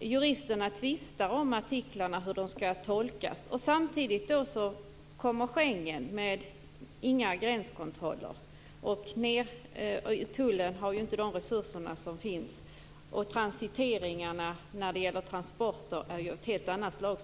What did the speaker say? Juristerna tvistar om hur artiklarna skall tolkas. Samtidigt finns Schengensamarbetet, där man inte har några gränskontroller. Tullen har inte de resurser som behövs. Transiteringarna av transporter är av ett helt annat slag.